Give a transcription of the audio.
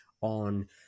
on